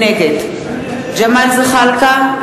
נגד ג'מאל זחאלקה,